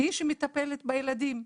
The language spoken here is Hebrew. היא שמטפלת בילדים.